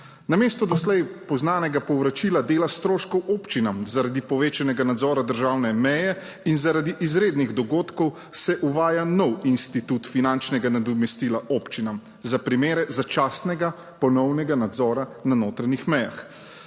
Namesto doslej poznanega povračila dela stroškov občinam zaradi povečanega nadzora državne meje in zaradi izrednih dogodkov se uvaja nov institut finančnega nadomestila občinam za primere začasnega ponovnega nadzora na notranjih mejah.